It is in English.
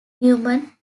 human